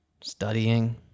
studying